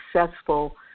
successful